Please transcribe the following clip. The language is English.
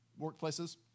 workplaces